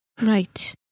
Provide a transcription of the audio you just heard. Right